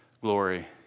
glory